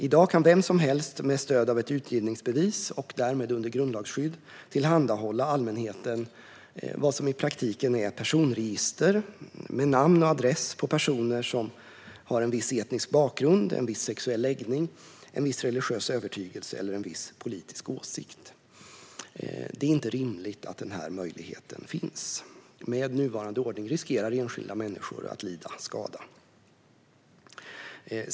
I dag kan vem som helst med stöd av ett utgivningsbevis och därmed under grundlagsskydd tillhandahålla allmänheten i praktiken personregister med namn och adress på personer med en viss etnisk bakgrund, en viss sexuell läggning, en viss religiös övertygelse eller en viss politisk åsikt. Det är inte rimligt att den möjligheten finns. Med nuvarande ordning riskerar enskilda människor att lida skada.